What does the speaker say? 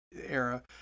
Era